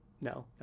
No